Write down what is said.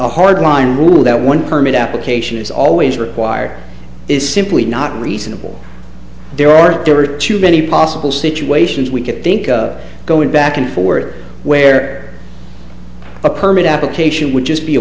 a hardline rule that one permit application is always required is simply not reasonable there are there are too many possible situations we could think of going back and forward where a permit application would just be a